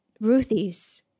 Ruthie's